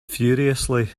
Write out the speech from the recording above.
furiously